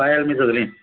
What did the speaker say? पायल बी सगळीं